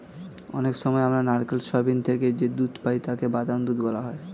অনেক সময় আমরা নারকেল, সোয়াবিন থেকে যে দুধ পাই তাকে বাদাম দুধ বলা হয়